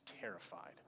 terrified